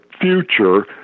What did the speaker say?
future